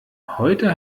heute